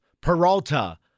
Peralta